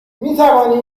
میتوانی